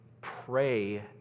pray